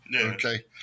Okay